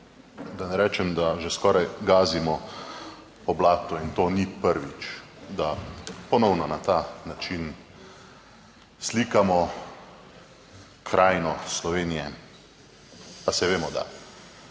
da ne rečem, da že skoraj gazimo po blatu in to ni prvič, da ponovno na ta način slikamo krajino Slovenije. Pa saj vemo, da